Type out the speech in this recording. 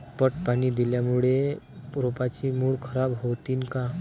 पट पाणी दिल्यामूळे रोपाची मुळ खराब होतीन काय?